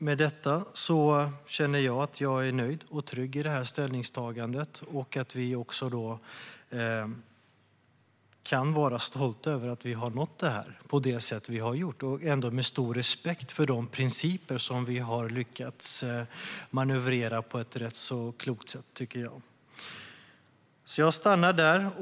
Med detta känner jag att jag är nöjd och trygg i det här ställningstagandet och att vi kan vara stolta över att vi har nått det här på det sätt som vi har gjort och ändå med stor respekt för de principer som vi har lyckats manövrera på ett, tycker jag, rätt så klokt sätt.